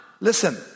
listen